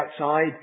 outside